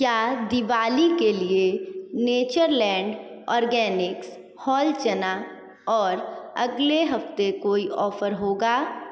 क्या दिवाली के लिए नेचर लैंड ऑर्गॅनिक्स होल चना और अगले हफ्ते कोई ऑफर होगा